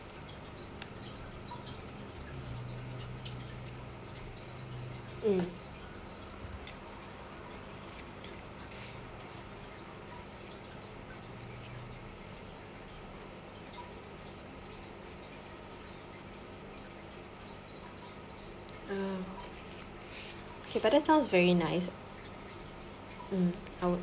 mm uh okay but that sound is very nice um I will